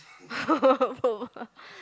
both ah